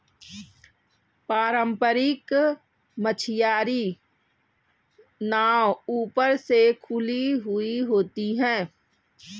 पारम्परिक मछियारी नाव ऊपर से खुली हुई होती हैं